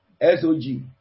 S-O-G